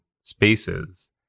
spaces